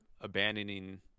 abandoning